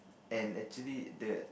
and actually the